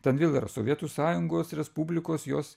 ten vėl yra sovietų sąjungos respublikos jos